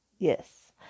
Yes